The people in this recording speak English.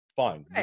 Fine